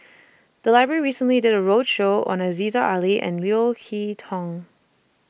The Library recently did A roadshow on Aziza Ali and Leo Hee Tong